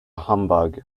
humbug